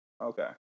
Okay